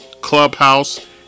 Clubhouse